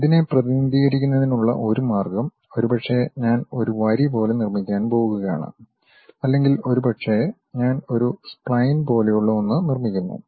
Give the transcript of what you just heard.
ഇതിനെ പ്രതിനിധീകരിക്കുന്നതിനുള്ള ഒരു മാർഗ്ഗം ഒരുപക്ഷേ ഞാൻ ഒരു വരി പോലെ നിർമ്മിക്കാൻ പോകുകയാണ് അല്ലെങ്കിൽ ഒരുപക്ഷേ ഞാൻ ഒരു സ്പ്ലൈൻ പോലെയുള്ള ഒന്ന് നിർമ്മിക്കുന്നു